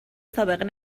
سابقه